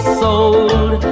sold